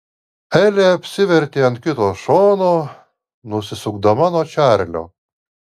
elė apsivertė ant kito šono nusisukdama nuo čarlio